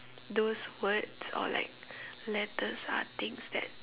those words or like letters are things that